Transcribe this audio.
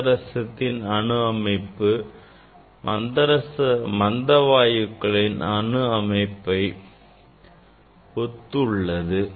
பாதரசத்தின் அணு அமைப்பு மந்த வாயுக்களின் அணு அமைப்பை ஒத்துள்ளது